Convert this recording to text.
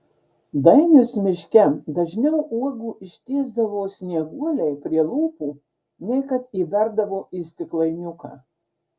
dainius miške dažniau uogų ištiesdavo snieguolei prie lūpų nei kad įberdavo į stiklainiuką